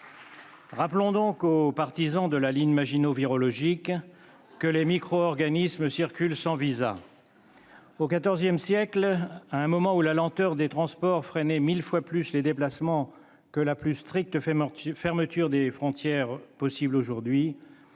Rappelons donc aux partisans de la ligne Maginot virologique que les micro-organismes circulent sans visa. Au XIV siècle, à un moment où la lenteur des transports freinait mille fois plus les déplacements que la plus stricte fermeture possible des